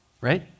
Right